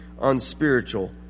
unspiritual